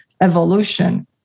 evolution